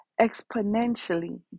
exponentially